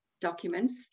documents